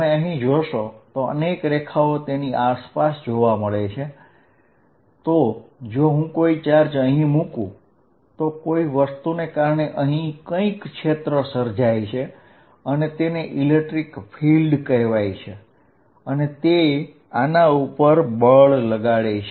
તમે અહી જોશો તો અનેક રેખાઓ તેની આસપાસ જોવા મળે છે તો જો હું કોઈ ચાર્જ અહીં મુકુ તો કોઈ વસ્તુ ને કારણે અહીં કંઈક ક્ષેત્ર સર્જાય છે અને તેને વિદ્યુતક્ષેત્ર કહેવાય છે અને તે આના ઉપર બળ લગાડે છે